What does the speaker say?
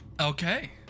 Okay